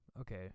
Okay